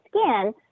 skin